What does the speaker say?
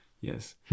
Yes